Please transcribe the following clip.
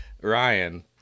Ryan